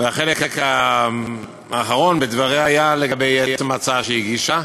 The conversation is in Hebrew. והחלק האחרון בדבריה היה לגבי עצם ההצעה שהיא הגישה.